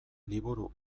liburu